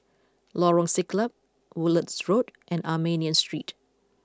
Lorong Siglap Woodlands Road and Armenian Street